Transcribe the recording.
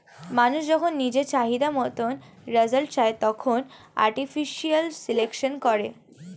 মানুষ যখন নিজের চাহিদা মতন রেজাল্ট চায়, তখন আর্টিফিশিয়াল সিলেকশন করে